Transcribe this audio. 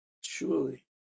surely